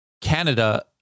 Canada